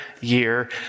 year